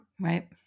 Right